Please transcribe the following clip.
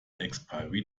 expiry